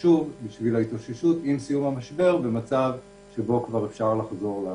חשוב בשביל ההתאוששות עם סיום המשבר במצב שבו כבר אפשר לחזור לעבודה.